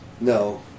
no